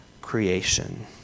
creation